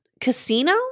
Casino